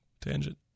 tangent